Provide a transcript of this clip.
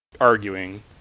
arguing